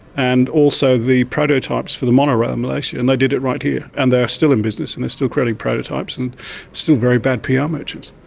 and also the prototypes for the monorail in malaysia, and they did it right here, and they are still in business and they are still creating prototypes and still very bad pr ah merchants.